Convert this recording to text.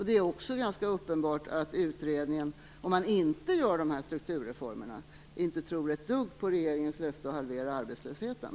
Det är också ganska uppenbart att utredningen - om man inte gör dessa strukturreformer - inte tror ett dugg på regeringens löfte att halvera arbetslösheten.